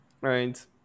Right